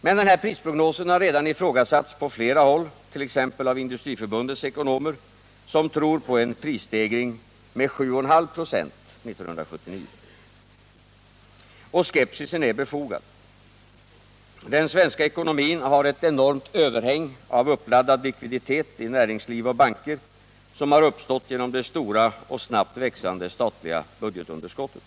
Men den här prisprognosen har redan ifrågasatts på flera håll, t.ex. av Industriförbundets ekonomer, som tror på en prisstegring med 7,5 96 1979. Och skepsisen är befogad. Den svenska ekonomin har ett enormt överhäng Nr 54 av uppladdad likviditet i näringsliv och banker, som har uppstått genom det Torsdagen den stora och snabbt växande statliga budgetunderskottet.